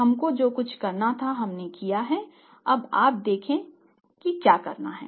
हमको जो कुछ करना था हमने किया हैअब आप देख सकते हैं कि क्या करना है